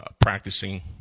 practicing